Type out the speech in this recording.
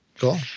Cool